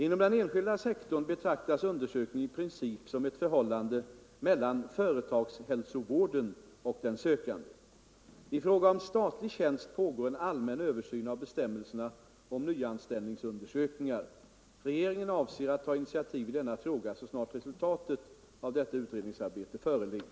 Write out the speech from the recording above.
Inom den enskilda sektorn betraktas undersökningen i princip som ett förhållande mellan företagshälsovården och den sökande. I fråga om statlig tjänst pågår en allmän översyn av bestämmelserna om nyanställningsundersökningar. Regeringen avser att ta initiativ i denna fråga så snart resultatet av detta utredningsarbete föreligger.